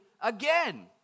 again